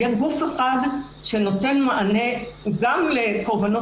יהיה גוף אחד שנותן מענה גם לקורבנות